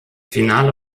finale